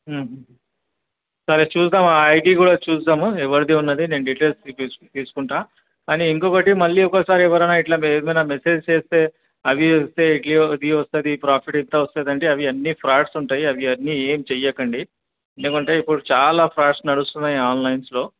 సరే చూస్దాము ఆ ఐడి కూడా చూస్దాము ఎవరిది ఉంది నేను డీటెయిల్స్ తీపిచ్ తీసుకుంటాను కానీ ఇంకొకటి మళ్ళీ ఒకసారి ఎవరైనా ఇలా ఏమైనా మెసేజ్ చేస్తే అవి వస్తే ఇట్లే అది వస్తుంది ప్రాఫిట్ ఇంత వస్తుంది అంటే అవి అన్నీ ఫ్రాడ్స్ ఉంటాయి అవి అన్నీ ఏమి చెయ్యకండి ఎందుకంటే ఇప్పుడు చాలా ఫ్రాడ్స్ నడుస్తున్నాయి ఆన్లైన్లో